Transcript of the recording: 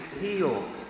heal